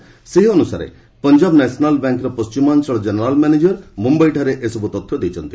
ତଦନୁସାରେ ପଞ୍ଜାବ ନ୍ୟାସନାଲ୍ ବ୍ୟାଙ୍କର ପଶ୍ଚିମାଞ୍ଚଳ ଜେନେରାଲ୍ ମ୍ୟାନେଜର୍ ମୁମ୍ଭାଇଠାରେ ଏସବୁ ତଥ୍ୟ ଦେଇଛନ୍ତି